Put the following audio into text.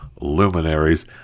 luminaries